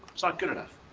it's not good enough.